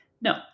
No